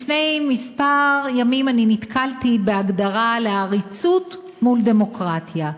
לפני כמה ימים נתקלתי בהגדרה ל"עריצות" מול "דמוקרטיה":